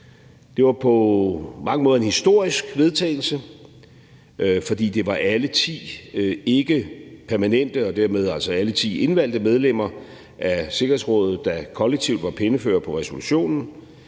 Det var på mange måder en historisk vedtagelse, fordi det var alle ti ikkepermanente og derved altså alle ti indvalgte medlemmer af Sikkerhedsrådet, der kollektivt var penneførere på resolutionen,